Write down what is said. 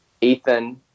Ethan